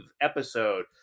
episode